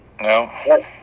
No